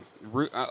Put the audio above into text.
root